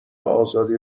آزادی